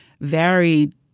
varied